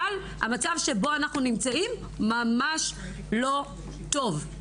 אבל המצב שבו אנחנו נמצאים ממש לא טוב,